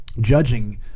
judging